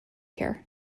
here